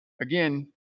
again